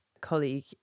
colleague